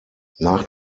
nach